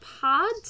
pod